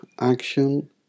action